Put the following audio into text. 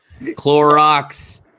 Clorox